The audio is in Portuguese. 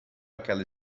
àquela